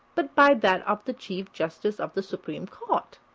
but by that of the chief justice of the supreme court?